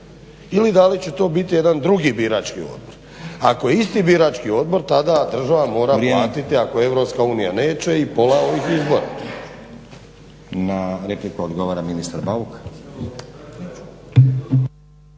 ili da li će to biti jedan drugi birački odbor? Ako je isti birački odbor tada država mora platiti ako EU neće i pola ovih izbora.